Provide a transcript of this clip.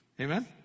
Amen